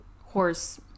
horse